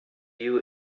you